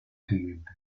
siguiente